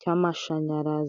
cy'amashanyarazi.